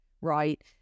right